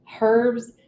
herbs